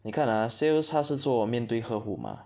你看 ah sales 他是做面对客户 mah